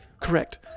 Correct